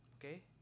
okay